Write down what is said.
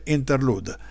Interlude